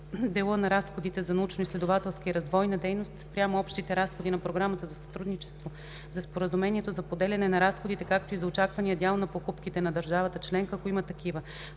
дела на разходите за научноизследователска и развойна дейност спрямо общите разходи на програмата за сътрудничество, за споразумението за поделяне на разходите, както и за очаквания дял на покупките на държавата членка, ако има такива.